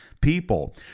people